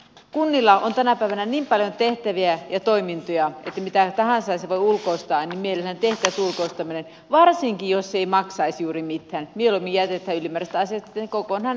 kunnilla on tänä päivänä niin paljon tehtäviä ja toimintoja että mitä tahansa se voi ulkoistaa niin mielellään tehdään se ulkoistaminen varsinkin jos se ei maksaisi juuri mitään ja mieluummin jätetään ylimääräiset asiat sitten kokonaan tekemättä